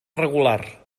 regular